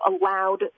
allowed